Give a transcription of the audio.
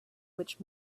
which